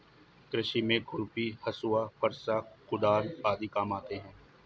कृषि में खुरपी, हँसुआ, फरसा, कुदाल आदि काम आते है